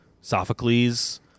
Sophocles